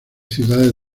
ciudades